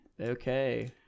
Okay